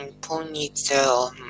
ponytail